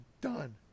done